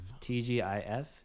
TGIF